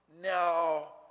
now